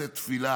לשאת תפילה